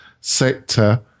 sector